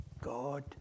God